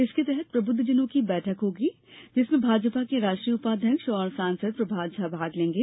इसके तहत प्रबुद्वजनों की बैठक होगी जिसमें भाजपा के राष्ट्रीय उपाध्यक्ष और सांसद प्रभात झा भाग लेंगे